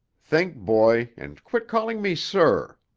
think, boy, and quit calling me sir,